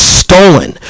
stolen